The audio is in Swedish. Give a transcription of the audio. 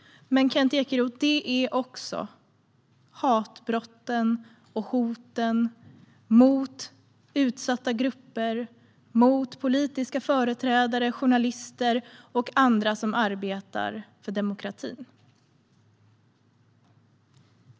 Men, Kent Ekeroth, det är också hatbrotten och hoten mot utsatta grupper, politiska företrädare, journalister och andra som arbetar för demokratin.